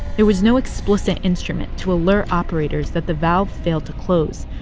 there was no explicit instrument to alert operators that the valve failed to close,